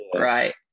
Right